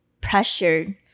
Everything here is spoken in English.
pressured